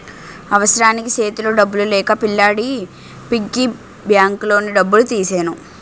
అవసరానికి సేతిలో డబ్బులు లేక పిల్లాడి పిగ్గీ బ్యాంకులోని డబ్బులు తీసెను